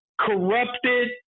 corrupted